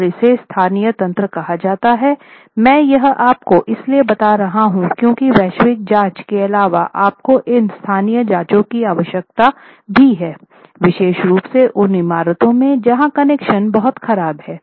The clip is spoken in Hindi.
और इसे स्थानीय तंत्र कहा जाता है मैं यह आपको इसलिए बता रहा हूँ क्यूंकि वैश्विक जांच के अलावा आपको इन स्थानीय जाँचों की आवश्यकता भी है विशेष रूप से उन इमारतों में जहाँ कनेक्शन बहुत खराब हैं